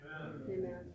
Amen